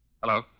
Hello